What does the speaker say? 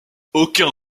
aucun